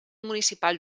municipal